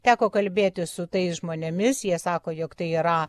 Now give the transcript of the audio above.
teko kalbėtis su tais žmonėmis jie sako jog tai yra